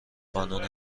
قانون